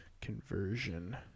Conversion